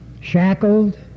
shackled